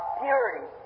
purity